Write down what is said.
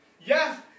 Yes